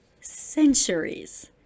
centuries